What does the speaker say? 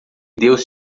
deus